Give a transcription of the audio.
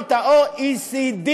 במדינות ה-OECD.